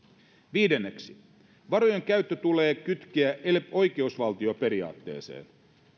viidenneksi varojen käyttö tulee kytkeä oikeusvaltioperiaatteeseen